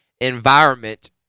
environment